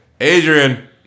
Adrian